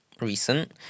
recent